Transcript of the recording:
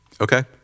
Okay